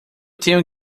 tenho